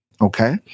Okay